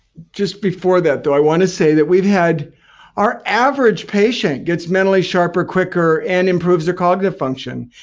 just before that, though, i want to say that we've had our average patient gets mentally sharper quicker and improves their cognitive function.